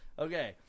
Okay